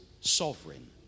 sovereign